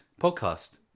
podcast